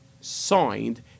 Signed